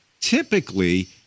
typically